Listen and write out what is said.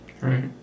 Right